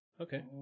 Okay